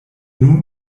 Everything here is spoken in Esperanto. nun